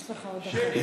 יש לך עוד דקה.